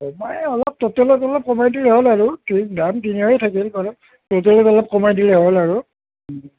কমাই অলপ টোটেলত অলপ কমাই দিলে হ'ল আৰু দাম তিনিশই থাকিল বাৰু টোটেলত অলপ কমাই দিলে হ'ল আৰু